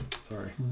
sorry